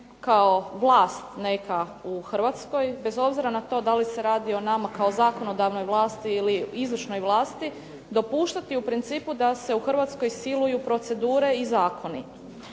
kao vlas neka u Hrvatskoj, bez obzira na to da li se radi o nama kao o zakonodavnoj vlasti ili izvršnoj vlasti, dopuštati u principu da se u Hrvatskoj siluju procedure i zakoni.